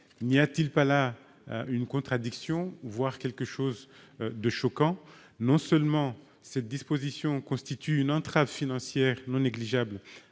N'y a-t-il pas là une contradiction, voire quelque chose de choquant ? Non seulement cette disposition constitue une entrave financière non négligeable